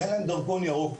שאין להם דרכון ירוק,